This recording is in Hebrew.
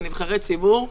כנבחרי ציבור,